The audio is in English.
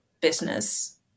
business